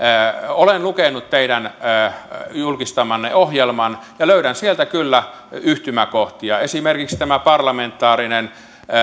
olen lukenut teidän julkistamanne ohjelman ja löydän sieltä kyllä yhtymäkohtia esimerkiksi tämä parlamentaarinen